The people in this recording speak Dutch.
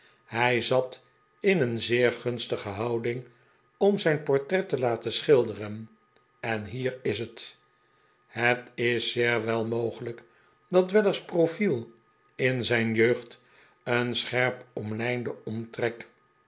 hij zat in een zeer gunstige houding om zijn portret te laten schilderen en hier is het het is zeer wel mogelijk dat weller's profiel in zijn jeugd een scherp omlijnden omtrek